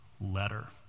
letter